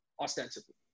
ostensibly